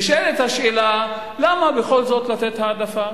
נשאלת השאלה, למה בכל זאת לתת העדפה